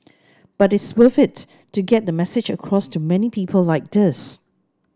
but it's worth it to get the message across to many people like this